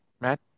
Matt